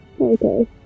Okay